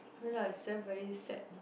no lah this one very sad you know